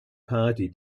party